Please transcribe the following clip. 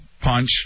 punch